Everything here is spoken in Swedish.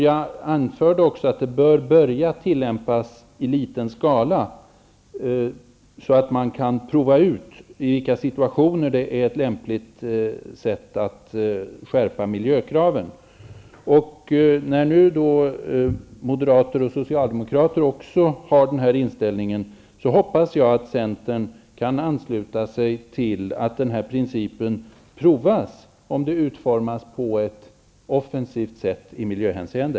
Jag anförde också att det bör börja tillämpas i liten skala så att man kan prova ut i vilka situationer som det är ett lämpligt sätt att skärpa miljökraven. När nu moderater och socialdemokrater också har den inställningen, hoppas jag att centern kan ansluta sig till att den här principen provas om det utformas på ett offensivt sätt i miljöhänseende.